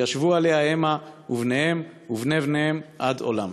וישבו עליה המה ובניהם ובני בניהם עד עולם'".